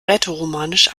rätoromanisch